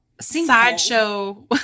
sideshow